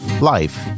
life